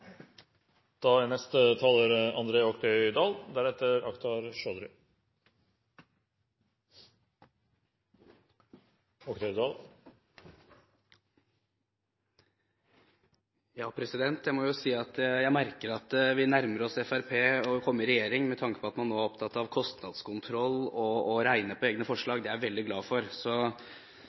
Jeg må si at jeg merker at vi nærmer oss Fremskrittspartiet og det å komme i regjering, med tanke på at man nå er opptatt av kostnadskontroll og regner på egne forslag. Det er jeg veldig glad for,